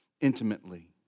intimately